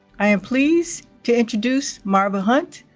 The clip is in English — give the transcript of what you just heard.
i am pleased to introduce marva hunt,